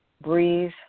breathe